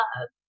love